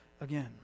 again